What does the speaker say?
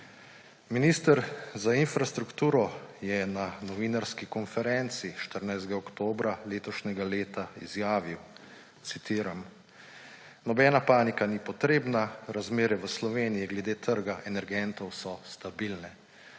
Minister za infrastrukturo je na novinarski konferenci 14. oktobra letos izjavil, citiram: »Nobena panika ni potrebna, razmere v Sloveniji glede trga energentov so stabilne.